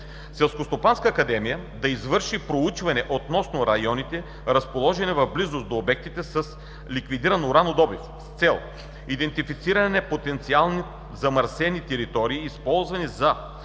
Селскостопанската академия да извърши проучване относно районите, разположени в близост до обектите с ликвидиран уранодобив, с цел идентифициране на потенциално замърсени територии, използвани за